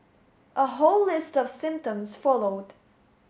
a whole list of symptoms followed